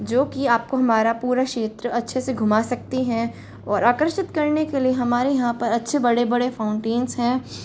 जो कि आपको हमारा पूरा क्षेत्र अच्छे से घूमा सकती हैं और आकर्षित करने के लिए हमारे यहां पर अच्छे बड़े बड़े फ़ाउंटेन्स हैं